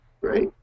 Great